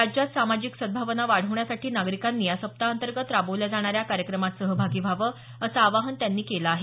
राज्यात सामाजिक सद्दावना वाढवण्यासाठी नागरिकांनी या सप्ताहाअंतर्गत राबवल्या जाणाऱ्या कार्यक्रमात सहभागी व्हावं असं आवाहन त्यांनी केलं आहे